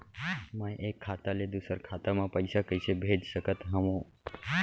मैं एक खाता ले दूसर खाता मा पइसा कइसे भेज सकत हओं?